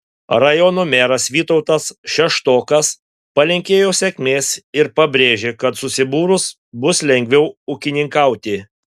rajono meras vytautas šeštokas palinkėjo sėkmės ir pabrėžė kad susibūrus bus lengviau ūkininkauti